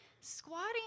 squatting